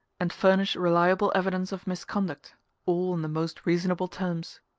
and furnish reliable evidence of misconduct all on the most reasonable terms.